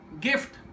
gift